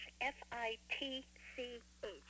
F-I-T-C-H